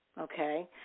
okay